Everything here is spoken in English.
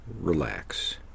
relax